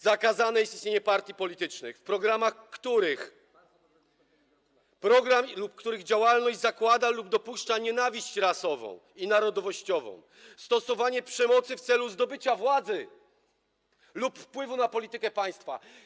zakazane jest istnienie partii politycznych, których program lub działalność zakłada lub dopuszcza nienawiść rasową i narodowościową, stosowanie przemocy w celu zdobycia władzy lub wpływu na politykę państwa.